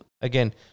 again